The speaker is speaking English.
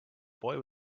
boy